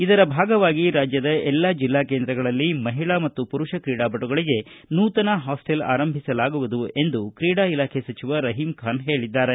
ಇದರ ಭಾಗವಾಗಿ ರಾಜ್ಯದ ಎಲ್ಲಾ ಜಿಲ್ಲಾ ಕೇಂದ್ರಗಳಲ್ಲಿ ಮಹಿಳಾ ಮತ್ತು ಪುರುಷ ಕ್ರೀಡಾಪಟುಗಳಿಗೆ ನೂತನ ಹಾಸ್ವೆಲ್ ಆರಂಭಿಸಲಾಗುವುದು ಎಂದು ಕ್ರೀಡಾ ಇಲಾಖೆ ಸಚಿವ ರಹೀಂ ಖಾನ್ ಹೇಳಿದ್ದಾರೆ